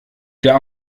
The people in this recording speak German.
der